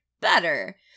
better